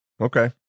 Okay